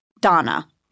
Donna